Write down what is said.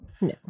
No